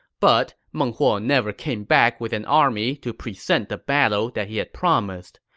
but meng huo never came back with an army to present the battle that he had promised,